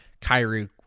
Kyrie